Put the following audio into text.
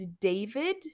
David